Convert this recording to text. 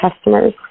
customers